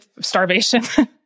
starvation